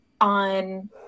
on